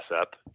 up